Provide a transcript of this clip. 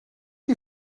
die